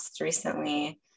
recently